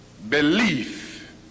belief